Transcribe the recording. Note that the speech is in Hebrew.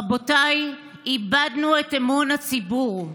רבותיי, איבדנו את אמון הציבור.